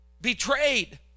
betrayed